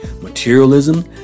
materialism